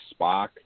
Spock